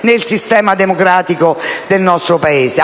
nel sistema democratico del nostro Paese,